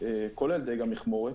כולל דיג המכמורת,